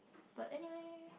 but anywhere